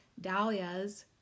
dahlias